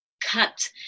cut